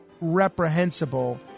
reprehensible